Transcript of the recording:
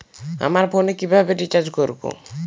আমার ফোনে কিভাবে রিচার্জ করবো?